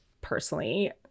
personally